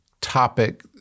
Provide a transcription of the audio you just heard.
topic